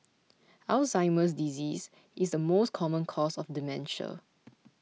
Alzheimer's disease is the most common cause of dementia